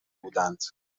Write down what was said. بودند